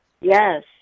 Yes